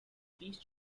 please